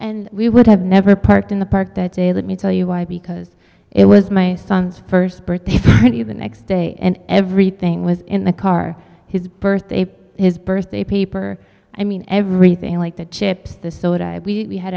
and we would have never parked in the park that day let me tell you why because it was my son's first birthday party the next day and everything was in the car his birthday his birthday paper i mean everything like the chips the soda we had